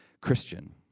Christian